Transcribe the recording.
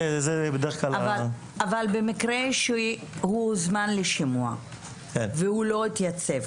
נניח והוא הוזמן לשימוע והוא לא התייצב,